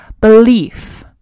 belief